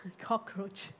cockroach